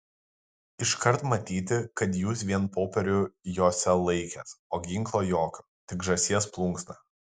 iškart matyti kad jūs vien popierių jose laikęs o ginklo jokio tik žąsies plunksną